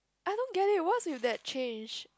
I don't get it what's with that change